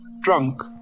drunk